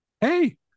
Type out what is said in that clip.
Hey